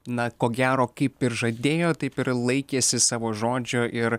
na ko gero kaip ir žadėjo taip ir laikėsi savo žodžio ir